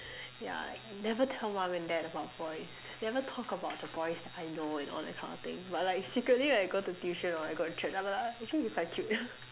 yeah never tell mom and dad about boys never talk about the boys that I know and all that kind of thing but like secretly when I go to tuition and or I go church I'm like actually he quite cute